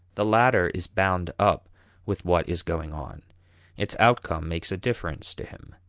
the latter is bound up with what is going on its outcome makes a difference to him.